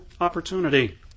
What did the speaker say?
opportunity